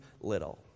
little